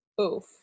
oof